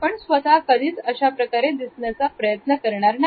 आपण स्वतः कधीच अशाप्रकारे दिसण्याचा प्रयत्न करणार नाही